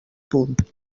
punt